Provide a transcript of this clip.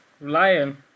Lion